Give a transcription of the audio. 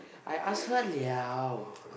I ask her [liao]